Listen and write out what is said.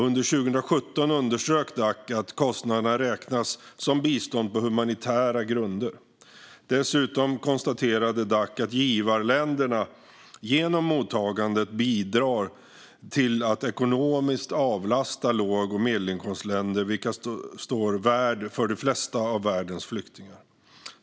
Under 2017 underströk Dac att kostnaderna räknas som bistånd på humanitära grunder. Dessutom konstaterade Dac att givarländerna genom mottagandet bidrar till att ekonomiskt avlasta låg och medelinkomstländer, vilka står värd för de flesta av världens flyktingar.